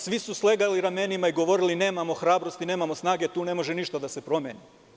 Svi su slegali ramenima i govorili – nemamo hrabrosti, nemamo snage, tu ne može ništa da se promeni.